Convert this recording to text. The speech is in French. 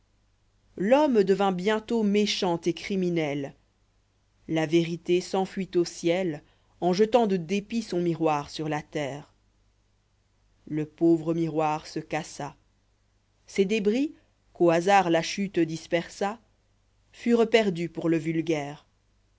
l'homme devint bientôt méchant et criminel la vérité s'enfuit au ciel en jetant de dépit son miroir sur la terre le pauvre miroir se cassa ses débris qu'au hasard la chute dispersa furent perdus pour le vulgaire